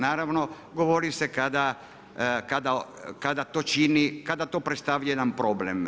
Naravno govori se kada to čini, kada to predstavlja jedan problem.